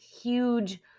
huge